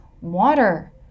water